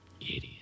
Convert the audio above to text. Idiot